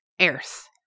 Earth